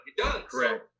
Correct